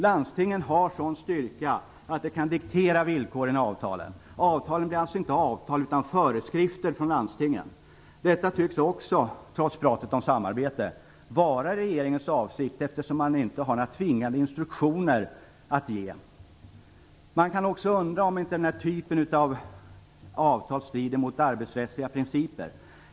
Landstingen har en sådan styrka att de kan diktera villkoren i avtalen. Avtalen blir alltså inte avtal utan föreskrifter från landstingen. Detta tycks också, trots pratet om samarbete, vara regeringens avsikt. Man har ju inga tvingande instruktioner att ge. Man kan också undra om inte den här typen av avtal strider mot de arbetsrättsliga principerna.